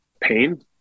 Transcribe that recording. pain